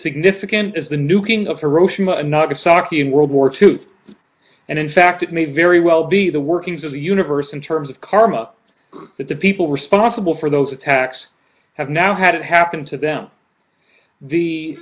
significant as the nuking of hiroshima and nagasaki in world war two and in fact it may very well be the workings of the universe in terms of karma that the people responsible for those attacks have now had it happen to them the